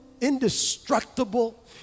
indestructible